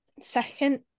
second